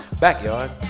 Backyard